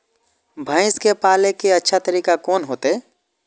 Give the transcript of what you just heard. भैंस के पाले के अच्छा तरीका कोन होते?